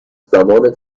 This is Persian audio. زمان